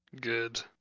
Good